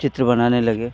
चित्र बनाने लगे